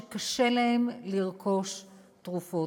שקשה להן לרכוש תרופות.